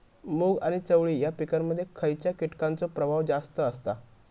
मूग आणि चवळी या पिकांमध्ये खैयच्या कीटकांचो प्रभाव जास्त असता?